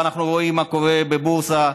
ואנחנו רואים מה קורה בבורסה,